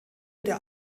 der